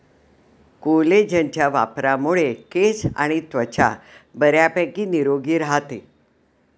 कोलेजनच्या वापरामुळे केस आणि त्वचा बऱ्यापैकी निरोगी राहते